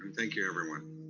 thank you, everyone.